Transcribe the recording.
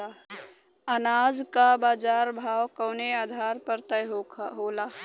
अनाज क बाजार भाव कवने आधार पर तय होला?